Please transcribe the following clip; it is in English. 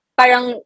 parang